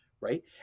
right